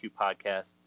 podcast